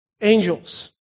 Angels